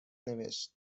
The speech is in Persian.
نوشت